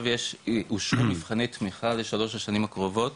אושרו מבחני תמיכה לשלוש השנים הקרובות